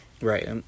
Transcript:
Right